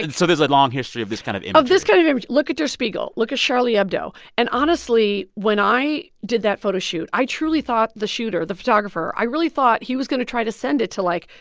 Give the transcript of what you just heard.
and so there's a like long history of this kind of image of this kind of image. look at der spiegel. look at charlie hebdo. and honestly, when i did that photo shoot, i truly thought the shooter, the photographer, i really thought he was going to try to send it to, like,